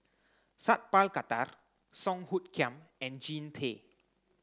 Sat Pal Khattar Song Hoot Kiam and Jean Tay